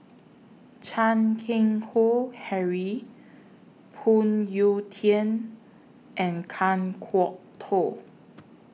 Chan Keng Howe Harry Phoon Yew Tien and Kan Kwok Toh